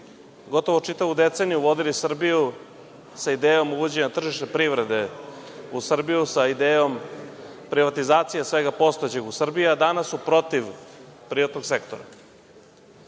gotovo čitavu deceniju vodili Srbiju sa idejom uvođenja tržišne privrede u Srbiju, sa idejom privatizacije svega postojećeg u Srbiji, a danas su protiv su protiv